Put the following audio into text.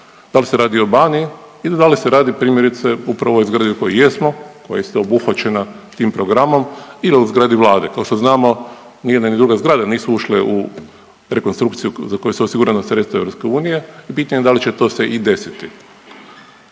dal se radi o Baniji ili da li se radi primjerice upravo o ovoj zgradi u kojoj jesmo, koja je isto obuhvaćena tim programom ili o zgradi vlade. Kao što znamo ni jedna ni druga zgrada nisu ušle u rekonstrukciju za koju su osigurana sredstava EU i pitanje je da li će to se i desiti.